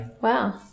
Wow